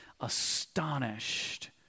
astonished